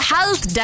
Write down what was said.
Health